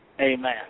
amen